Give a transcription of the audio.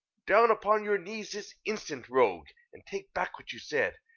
down upon your knees this instant, rogue, and take back what you said,